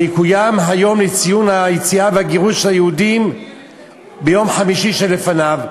יקוים היום לציון היציאה והגירוש של היהודים ביום חמישי שלפניו.